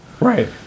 Right